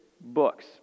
books